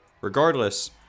Regardless